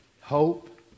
hope